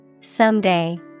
Someday